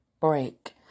break